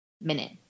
minute